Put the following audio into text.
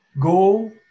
go